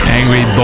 angry